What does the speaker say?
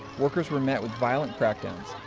workers were met with violent crackdowns,